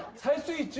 tasty